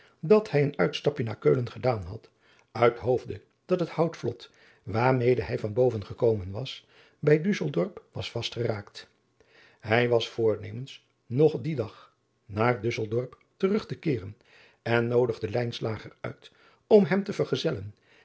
dat hij een uitstapje naar eulen gedaan had uit hoofde dat het outvlot waarmede hij van bo driaan oosjes zn et leven van aurits ijnslager ven gekomen was bij usseldorp was vastgeraakt ij was voornemens nog dien dag naar usseldorp terug te keeren en noodigde uit om hem te vergezellen